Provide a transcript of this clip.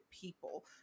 people